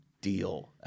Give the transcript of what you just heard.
deal